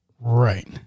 Right